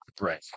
Right